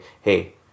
hey